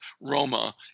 Roma